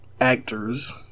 actors